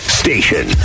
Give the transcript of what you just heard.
station